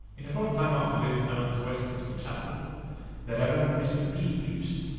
in a short time after this i went to westminster chapel the rev. and mr. p preached,